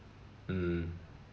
mm